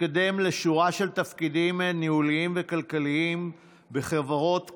התקדם לשורה של תפקידים ניהוליים וכלכליים בחברות כור,